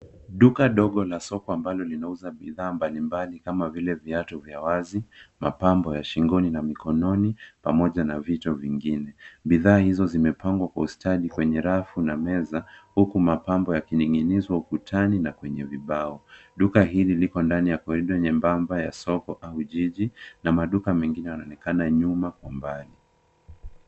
Duka dogo la soko ambalo linauza bidhaa mbalimbali, kama vile viatu vya wazi, mapambo ya shingoni, na mkononi, pamoja na vito vingine. Bidhaa hizo zimepangwa kwa ustadi kwenye rafu, na meza, huku mapambo yakining'inizwa ukutani, na kwenye vibao. Duka hili liko ndani ya corridor nyembamba ya soko au jiji, na maduka mengine yanaonekana nyuma kwa mbali.